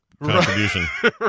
contribution